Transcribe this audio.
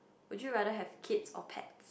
would you rather have kids or pets